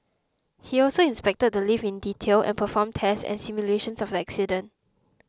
he also inspected the lift in detail and performed tests and simulations of the accident